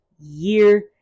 year